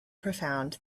profound